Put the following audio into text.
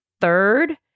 Third